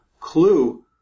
clue